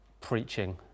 preaching